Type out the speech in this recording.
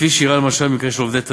כפי שאירע למשל במקרה של עובדי "תדיראן",